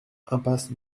impasse